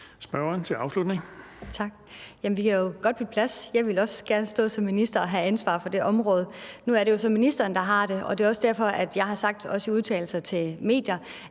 Marlene Ambo-Rasmussen (V): Vi kan da godt bytte plads. Jeg ville da også gerne stå som minister og have ansvaret for det område. Nu er det så ministeren, der har det. Det har jo også derfor, at jeg også i udtalelser til medierne